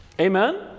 Amen